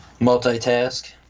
Multitask